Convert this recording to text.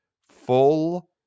full